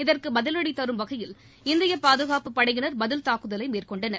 இதற்கு பதிவடி தரும் வகையில் இந்திய பாதுகாப்புப் படையினர் பதில் தாக்குதலை மேற்கொண்டனர்